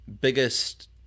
biggest